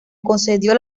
concedió